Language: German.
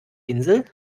insel